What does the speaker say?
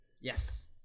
Yes